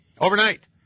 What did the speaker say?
Overnight